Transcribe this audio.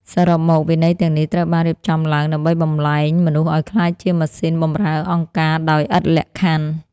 សរុបមក វិន័យទាំងនេះត្រូវបានរៀបចំឡើងដើម្បីបំប្លែងមនុស្សឱ្យក្លាយជាម៉ាស៊ីនបម្រើអង្គការដោយឥតលក្ខខណ្ឌ។